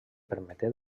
permeté